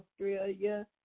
Australia